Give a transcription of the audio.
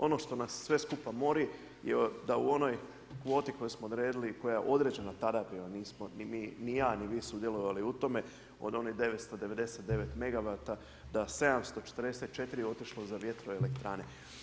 Ono što nas sve skupa mori je da u onoj kvoti koju smo odredili, koja je određena tada bila nismo ni ja ni vi sudjelovali u tome, od onih 999 megavata, da 744 otišlo za vjetroelektrane.